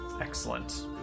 Excellent